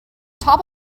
top